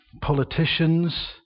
politicians